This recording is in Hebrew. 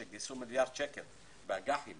שגייסו מיליארד שקל באג"חים,